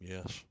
Yes